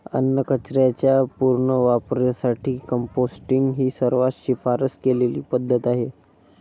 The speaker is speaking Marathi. अन्नकचऱ्याच्या पुनर्वापरासाठी कंपोस्टिंग ही सर्वात शिफारस केलेली पद्धत आहे